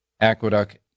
Aqueduct